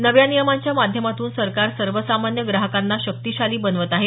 नव्या नियमांच्या माध्यमातून सरकार सर्वसामान्य ग्राहकांना शक्तीशाली बनवत आहे